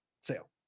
sale